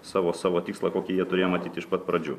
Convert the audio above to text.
savo savo tikslą kokį jie turėjo matyt iš pat pradžių